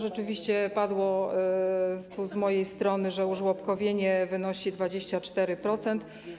Rzeczywiście padły tu z mojej strony słowa, że użłobkowienie wynosi 24%.